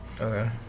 Okay